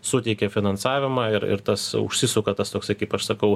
suteikia finansavimą ir ir tas užsisuka tas toksai kaip aš sakau